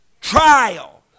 trial